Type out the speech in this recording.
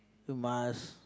you must